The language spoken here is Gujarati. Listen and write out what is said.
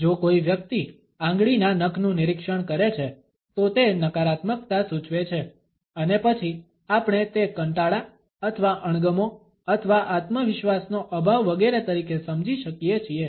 જો કોઈ વ્યક્તિ આંગળીના નખનું નિરીક્ષણ કરે છે તો તે નકારાત્મકતા સૂચવે છે અને પછી આપણે તે કંટાળા અથવા અણગમો અથવા આત્મવિશ્વાસનો અભાવ વગેરે તરીકે સમજી શકીએ છીએ